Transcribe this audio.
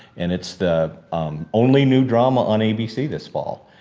and it's the only new drama on abc this fall.